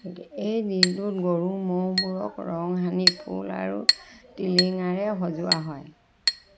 এই দিনটোত গৰু ম'হবোৰক ৰং সানি ফুল আৰু টিলিঙাৰে সজোৱা হয়